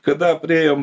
kada priėjom